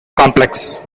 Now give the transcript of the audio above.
complex